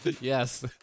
Yes